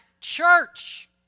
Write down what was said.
church